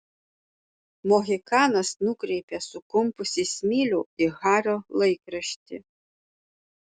mohikanas nukreipė sukumpusį smilių į hario laikraštį